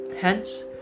Hence